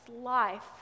life